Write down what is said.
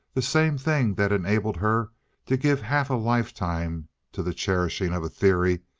the same thing that enabled her to give half a lifetime to the cherishing of a theory,